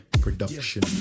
production